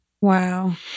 Wow